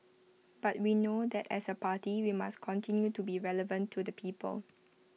but we know that as A party we must continue to be relevant to the people